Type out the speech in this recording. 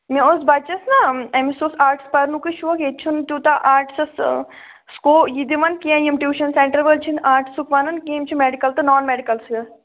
مےٚ اوس بَچس نا أمِس اوس آٹٕس پرٕنُکے شوق ییٚتہِ چھُنہٕ تیٛوٗتاہ آٹٕسَس سُکوپ یہِ دِوان کیٚنٛہہ یِم ٹیٛوٗشَن سینٛٹر وٲلۍ چھِنہٕ آٹسُک وَنان کیٚنٛہہ یِم چھِ میٚڈِکٕل تہٕ نان میٚڈِکٕلسٕے یوت